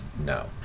No